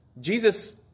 Jesus